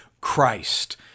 Christ